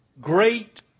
Great